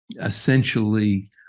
essentially